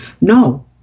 No